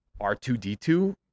r2d2